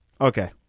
Okay